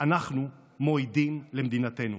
אנחנו מועידים למדינתנו.